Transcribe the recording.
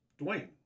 Dwayne